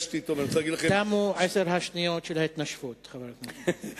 תמו עשר השניות של ההתנשפות, חבר הכנסת.